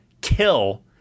kill